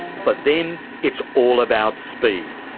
for them, it's all about speed.